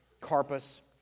Carpus